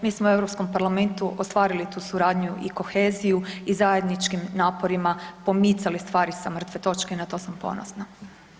Mi smo u Europskom parlamentu ostvarili tu suradnju i koheziju i zajedničkim naporima pomicali stvari sa mrtve točke i na to sam ponosna.